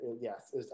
Yes